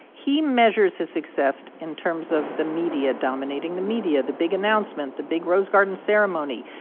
he measures his success in terms of the media, dominating the media the big announcement, the big rose garden ceremony,